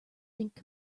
think